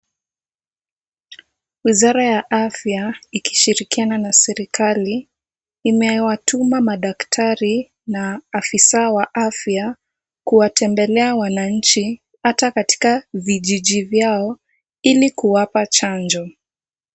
Wizara ya afya, ikishirikiana na serikali, imewatuma madaktari na afisa wa afya, kuwatembelea wananchi hata katika vijiji vyao ili kuwapa chanjo.